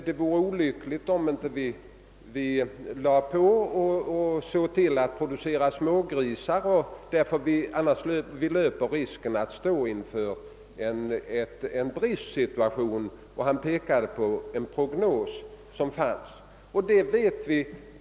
Det vore olyckligt om man inte såg till att öka produktionen av fläsk genom att lägga på och föda upp smågrisar — annars skulle det finnas risk för en bristsituation. Man hänvisade till en prognos som hade uppgjorts. — Detta känner vi till.